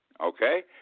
okay